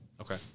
Okay